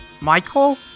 Michael